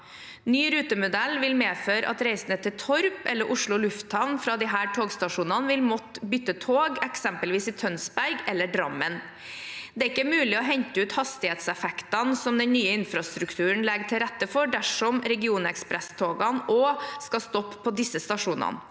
Ny rutemodell vil medføre at reisende til Torp eller Oslo lufthavn fra disse togstasjonene vil måtte bytte tog, eksempelvis i Tønsberg eller Drammen. Det er ikke mulig å hente ut hastighetseffektene som den nye infrastrukturen legger til rette for, dersom regionekspresstogene også skal stoppe på disse stasjonene.